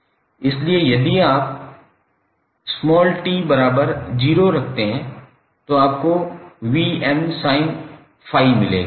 इसलिए यदि आप t बराबर 0 रखते हैं तो आपको कुछ 𝑉𝑚sin∅ मिलेगा